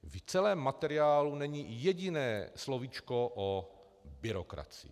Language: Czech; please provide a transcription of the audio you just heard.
V celém materiálu není jediné slovíčko o byrokracii.